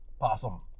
possum